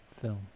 Film